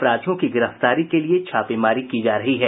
अपराधियों की गिरफ्तारी के लिए छापेमारी की जा रही है